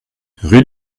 rue